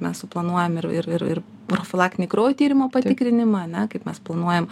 mes suplanuojam ir ir profilaktinį kraujo tyrimo patikrinimą ar ne kaip mes planuojam